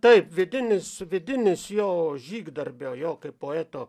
taip vidinis vidinis jo žygdarbio jo kaip poeto